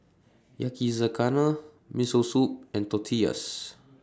Yakizakana Miso Soup and Tortillas